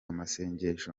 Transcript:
amasengesho